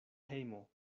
hejmo